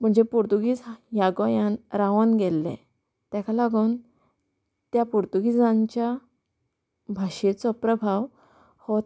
म्हणजे पुर्तुगीज ह्या गोंयान रावून गेल्लें ताका लागून त्या पोर्तुगिजांच्या भाशेचो प्रभाव हो